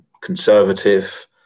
conservative